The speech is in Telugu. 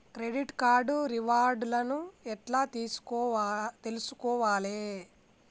క్రెడిట్ కార్డు రివార్డ్ లను ఎట్ల తెలుసుకోవాలే?